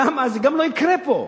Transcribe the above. למה שזה גם לא יקרה פה?